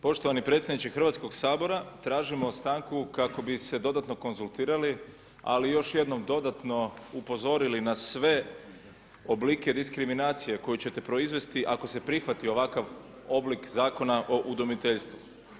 Poštovani predsjedniče HS-a, tražimo stanku kako bi se dodatno konzultirali, ali još jednom dodatno upozorili na sve oblike diskriminacije koju ćete proizvesti ako se prihvati ovakav oblik Zakona o udomiteljstvu.